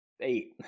eight